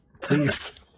Please